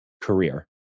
career